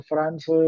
France